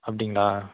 அப்படிங்களா